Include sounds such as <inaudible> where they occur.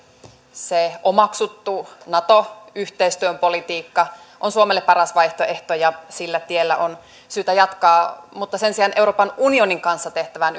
se omaksuttu nato yhteistyön politiikka on suomelle paras vaihtoehto ja sillä tiellä on syytä jatkaa mutta sen sijaan euroopan unionin kanssa tehtävään <unintelligible>